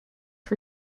for